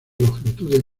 longitudes